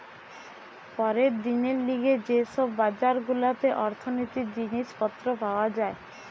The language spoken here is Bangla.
পরের দিনের লিগে যে সব বাজার গুলাতে অর্থনীতির জিনিস পত্র পাওয়া যায়